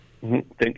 Thank